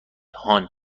هان